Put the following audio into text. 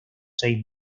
seis